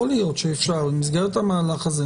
יכול להיות שאפשר במסגרת המהלך הזה,